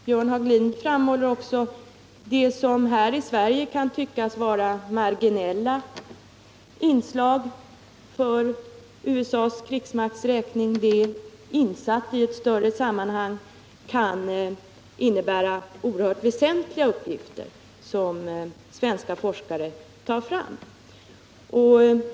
Björn Hagelin framhåller också att det som här i Sverige kan tyckas vara marginella inslag för USA:s krigsmakts räkning kan, insatt i ett större sammanhang, innebära oerhört väsentliga uppgifter — uppgifter som svenska forskare tagit fram.